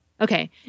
Okay